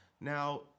Now